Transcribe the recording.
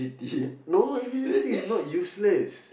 is it no invisibility is not useless